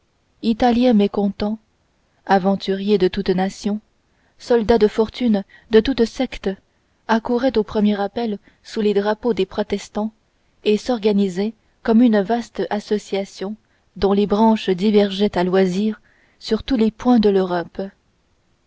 italiens mécontents aventuriers de toute nation soldats de fortune de toute secte accouraient au premier appel sous les drapeaux des protestants et s'organisaient comme une vaste association dont les branches divergeaient à loisir sur tous les points de l'europe